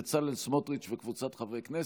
בצלאל סמוטריץ' וקבוצת חברי הכנסת.